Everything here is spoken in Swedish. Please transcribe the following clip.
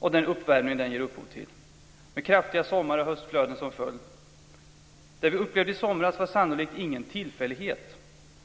och den uppvärmning som den ger upphov till, med kraftiga sommar och höstflöden som följd. Det vi upplevde i somras va sannolikt ingen tillfällighet.